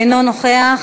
אינו נוכח.